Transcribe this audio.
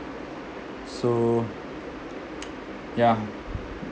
so ya